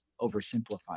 oversimplifying